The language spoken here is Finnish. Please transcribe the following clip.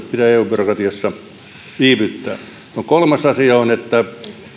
byrokratiassa viivyttää no kolmas asia on että